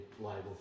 liable